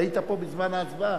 היית פה בזמן ההצבעה,